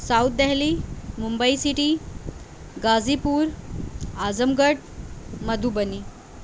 south Delhi Mumbai city Ghazipur Azamgarh Madhubani